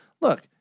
Look